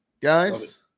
guys –